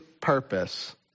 purpose